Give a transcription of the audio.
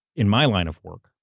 in my line of work,